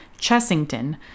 Chessington